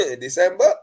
December